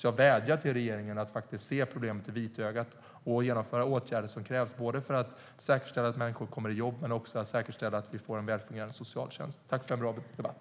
Jag vädjar till regeringen att se problemet i vitögat och genomföra de åtgärder som krävs för att säkerställa att människor kommer i jobb men också att vi får en väl fungerande socialtjänst. Tack för en bra debatt!